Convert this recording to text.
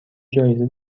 جایزه